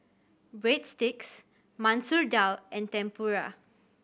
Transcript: Breadsticks Masoor Dal and Tempura